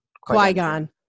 Qui-Gon